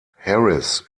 harris